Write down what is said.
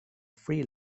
free